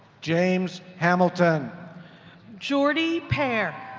james hamilton jordi pare